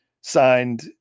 signed